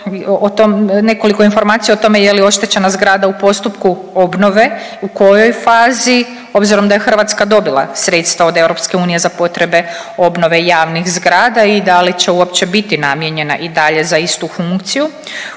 nekoliko informacija o tome je li oštećena zgrada u postupku obnove, u kojoj fazi obzirom da je Hrvatska dobila sredstva od EU za potrebe obnove javnih zgrada i da li će uopće biti namijenjena i dalje za istu funkciju?